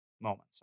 moments